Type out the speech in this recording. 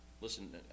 Listen